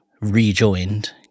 rejoined